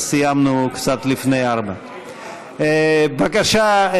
אז סיימנו קצת לפני 16:00. בבקשה,